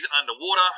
underwater